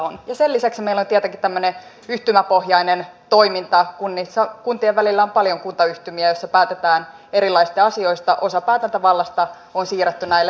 sen lisäksi meillä on tietenkin tämmöinen yhtymäpohjainen toiminta kunnissa kuntien välillä on paljon kuntayhtymiä joissa päätetään erilaisista asioista osa päätäntävallasta on siirretty näille